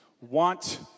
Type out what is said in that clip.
want